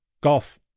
golf